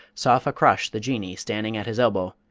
saw fakrash the jinnee standing at his elbow,